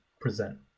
present